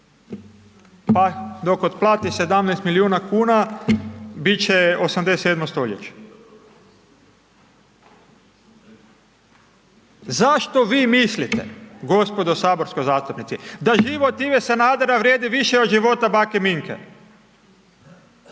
pa dok otplati 17 milijuna kuna, bit će 87 stoljeće. Zašto vi mislite gospodo saborski zastupnici da život Ive Sanadera vrijedi više od života bake Minke,